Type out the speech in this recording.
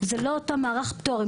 זה לא אותו מערך פטורים.